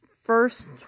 first